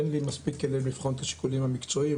אין לי מספיק כלים לבחון את השיקולים המקצועיים,